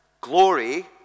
glory